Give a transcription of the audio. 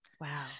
Wow